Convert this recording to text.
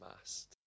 mast